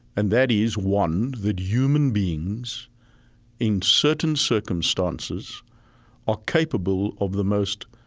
and that is, one, that human beings in certain circumstances are capable of the most